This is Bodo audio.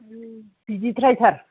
बिदिद्रायथार